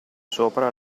sopra